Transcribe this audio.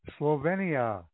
Slovenia